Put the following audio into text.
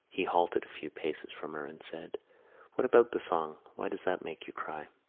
he halted a few paces from her and said what about the song? why does that make you cry?